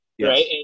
right